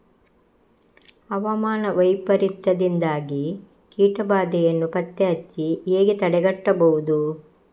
ಹವಾಮಾನ ವೈಪರೀತ್ಯದಿಂದಾಗಿ ಕೀಟ ಬಾಧೆಯನ್ನು ಪತ್ತೆ ಹಚ್ಚಿ ಹೇಗೆ ತಡೆಗಟ್ಟಬಹುದು?